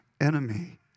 enemy